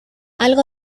algo